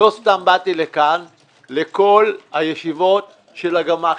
לא סתם באתי לכאן לכל הישיבות של הגמ"חים.